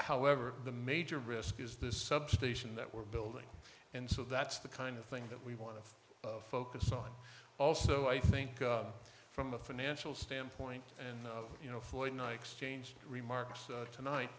however the major risk is this substation that we're building and so that's the kind of thing that we want to focus on also i think from a financial standpoint and you know floyd nice change remarks tonight